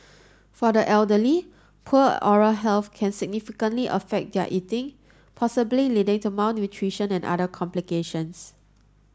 for the elderly poor oral health can significantly affect their eating possibly leading to malnutrition and other complications